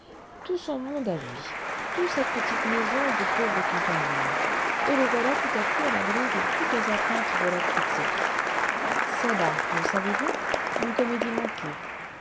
tout son monde à lui toute sa petite maison de pauvre campagnard et le voilà tout à coup à l'abri de toutes les atteintes de la critique c'est là le savez-vous une comédie manquée